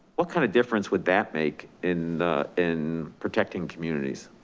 what kind of difference would that make in in protecting communities?